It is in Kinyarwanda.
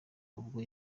ubwo